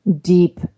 deep